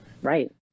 Right